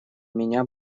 меня